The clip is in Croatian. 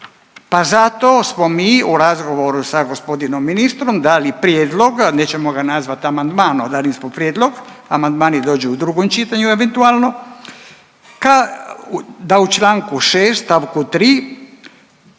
pa zato smo mi u razgovoru sa gospodinom ministrom dali prijedlog, nećemo ga nazvati amandman, dali smo prijedlog, amandmani dođu u drugom čitanju eventualno, da u članku 6. stavku 3.